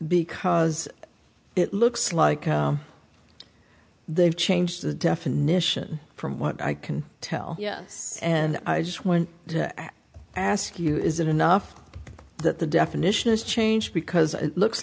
because it looks like they've changed the definition from what i can tell yes and i just want to ask you is it enough that the definitions change because it looks